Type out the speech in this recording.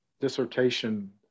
dissertation